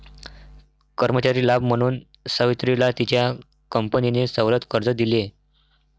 कर्मचारी लाभ म्हणून सावित्रीला तिच्या कंपनीने सवलत कर्ज दिले